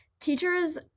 teachers